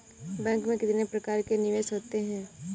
Bank में कितने प्रकार के निवेश होते हैं?